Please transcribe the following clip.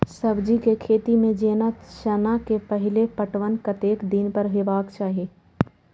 सब्जी के खेती में जेना चना के पहिले पटवन कतेक दिन पर हेबाक चाही?